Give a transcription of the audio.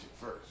first